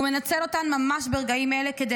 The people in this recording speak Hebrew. הוא מנצל אותן ממש ברגעים אלה כדי